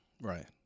right